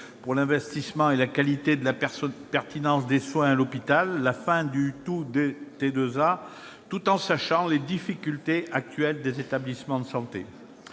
pour l'investissement, la qualité et la pertinence des soins à l'hôpital, la fin du « tout T2A » -tout en connaissant les difficultés actuelles des établissements de santé.